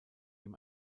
ihm